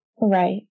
Right